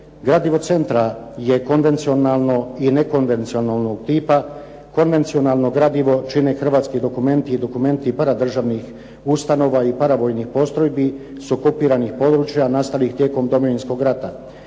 Gradivo centra je konvencionalnog i nekonvencionalnog tipa. Konvencionalno gradivo čine hrvatski dokumenti i dokumenti paradržavnih ustanova i paravojnih postrojbi s okupiranih područja nastalih tijekom Domovinskog rata.